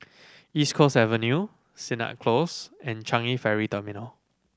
East Coast Avenue Sennett Close and Changi Ferry Terminal